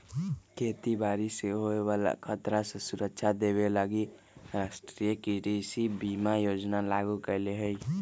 खेती बाड़ी से होय बला खतरा से सुरक्षा देबे लागी राष्ट्रीय कृषि बीमा योजना लागू कएले हइ